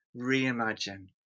reimagine